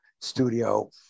studio